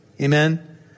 Amen